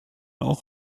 auch